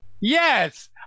Yes